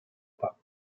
pas